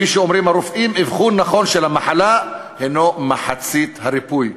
כפי שאומרים הרופאים: אבחון נכון של המחלה הנו מחצית הריפוי.